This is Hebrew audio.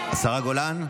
השרה גולן?